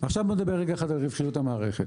עכשיו נדבר רגע אחד על רווחיות המערכת.